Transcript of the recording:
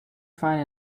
find